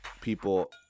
people